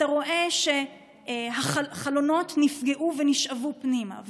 אתה רואה שהחלונות נפגעו ונשאבו פנימה,